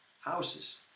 houses